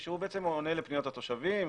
חיצוני שעונה לפניות התושבים,